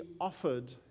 offered